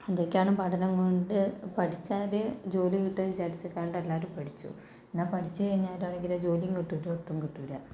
ഇതൊക്കെയാണ് പഠനം കൊണ്ട് പഠിച്ചാല് ജോലി കിട്ടും വിചാരിച്ചു കൊണ്ടു എല്ലാവരും പഠിച്ചു എന്നാൽ പഠിച്ച് കഴിഞ്ഞാലാണെങ്കിലോ ജോലി ഒട്ട് ഒരെടുത്തും കിട്ടൂല